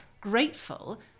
grateful